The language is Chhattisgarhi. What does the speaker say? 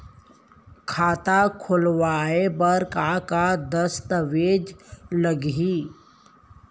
खाता खोलवाय बर का का दस्तावेज लागही?